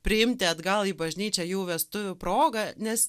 priimti atgal į bažnyčią jų vestuvių proga nes